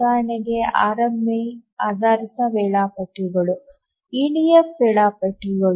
ಉದಾಹರಣೆಗೆ ಆರ್ಎಂಎ ಆಧಾರಿತ ವೇಳಾಪಟ್ಟಿಗಳು